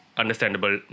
understandable